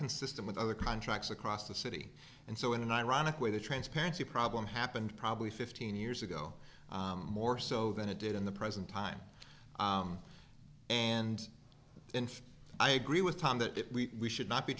consistent with other contracts across the city and so in an ironic way the transparency problem happened probably fifteen years ago more so than it did in the present time and i agree with tom that we should not be